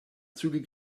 zügig